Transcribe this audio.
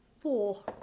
four